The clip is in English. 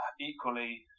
equally